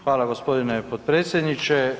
Hvala gospodine potpredsjedniče.